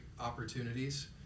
opportunities